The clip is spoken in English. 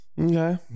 Okay